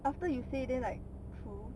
after you say then like cool